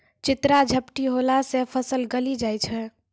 चित्रा झपटी होला से फसल गली जाय छै?